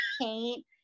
paint